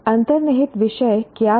अंतर्निहित विषय क्या था